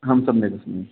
अहं सम्यगस्मि